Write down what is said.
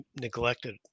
neglected